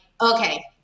okay